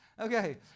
Okay